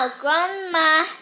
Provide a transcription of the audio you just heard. grandma